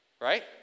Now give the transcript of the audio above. Right